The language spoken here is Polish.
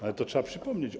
Ale to trzeba przypomnieć.